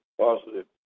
Positive